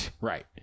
Right